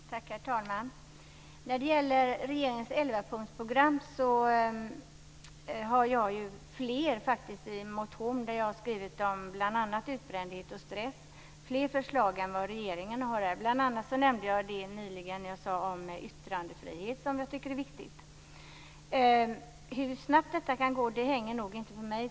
Herr talman! När det gäller regeringens 11 punktsprogram kan jag säga att jag i en motion, där jag skriver bl.a. om utbrändhet och stress, faktiskt har fler förslag än vad regeringen här har. Exempelvis har jag nämnt yttrandefriheten, som jag tycker är viktig. Hur snabbt detta kan gå hänger nog inte på mig.